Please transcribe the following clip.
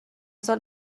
سال